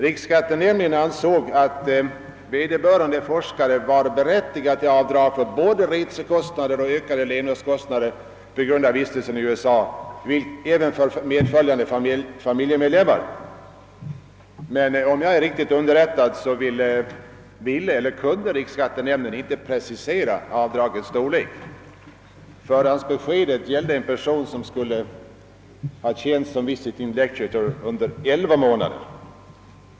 Riksskattenämnden ansåg att vederbörande forskare var berättigad till avdrag för både resekostnader och ökade levnadskostnader på grund av vistelsen i USA även för medföljande familjemedlemmar. Om jag är riktigt underrättad kunde eller ville emellertid riksskattenämnden inte precisera avdragens storlek. Förhandsbeskedet gällde en person som skulle ha tjänst som » visiting lecturer» under elva månader.